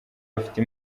bafite